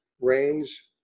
Range